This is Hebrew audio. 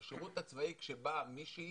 בשירות הצבאי, כשבאה מישהי